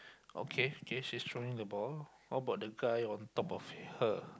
okay okay she's throwing the ball what about the guy on top of her